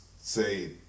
say